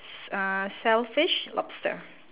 uh shellfish lobster